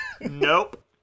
Nope